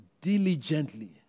diligently